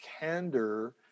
candor